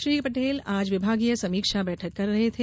श्री पटेल आज विभागीय समीक्षा बैठक कर रहे थे